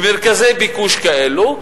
במרכזי ביקוש כאלה,